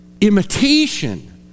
imitation